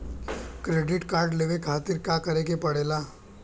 Credit card लेवे खातिर का करे के पड़ेला?